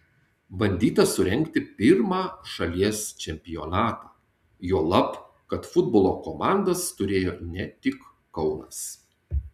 bandyta surengti pirmą šalies čempionatą juolab kad futbolo komandas turėjo ne tik kaunas